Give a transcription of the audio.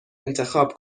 انتخاب